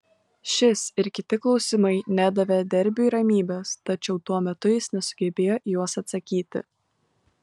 šis ir kiti klausimai nedavė derbiui ramybės tačiau tuo metu jis nesugebėjo į juos atsakyti